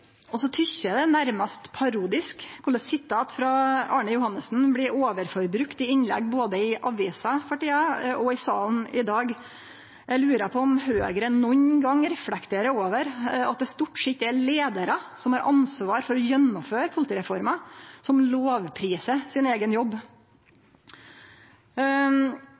Så synest eg det er nærmast parodisk korleis sitat frå Arne Johannessen blir overforbrukte, både i innlegg i aviser for tida og i salen i dag. Eg lurer på om Høgre nokon gong reflekterer over at det stort sett er leiarar som har ansvar for å gjennomføre politireforma som lovpriser sin eigen jobb.